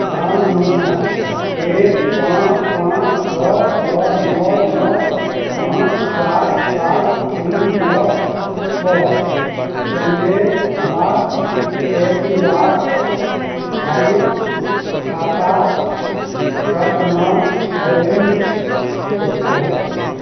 प्राण number एक पाँच पाँच छओ छओ नओ नओ पाँच चारि सात तीन नओके सङ्गे हमर ए पी वाड वाई खाताक वर्तमान होलिंड देखाउ